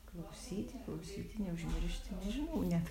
klausyti klausyti neužmiršti nežinau net